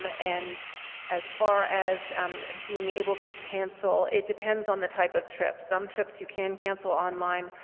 and as far as um being able to cancel, it depends on the type of trip some trips you can cancel online,